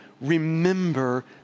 remember